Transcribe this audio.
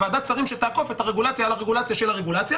ועדת שרים שתעקוף את הרגולציה על הרגולציה של הרגולציה,